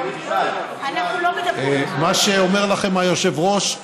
מה שאומר לכם היושב-ראש: